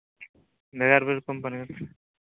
ᱵᱷᱮᱜᱟᱨ ᱵᱷᱮᱜᱟᱨ ᱠᱳᱢᱯᱟᱱᱤ